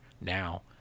now